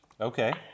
Okay